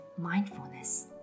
mindfulness